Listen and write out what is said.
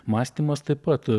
mąstymas taip pat